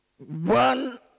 One